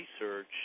research